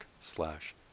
slash